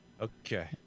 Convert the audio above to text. Okay